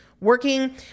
working